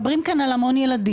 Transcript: מדובר פה על הרבה ילדים.